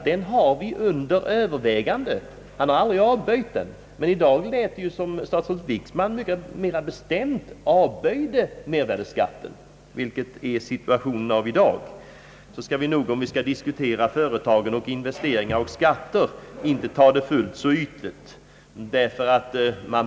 Den har vi »under övervägande», har han sagt, och aldrig avböjt den. Men i dag lät det ju som om statsrådet Wickman mera bestämt avböjde mervärdeskatten. Vilken är situationen av i dag? Skall vi diskutera företag, investeringar och skatter, bör vi nog inte ta det fullt så ytligt. Man bör erinra sig Ang.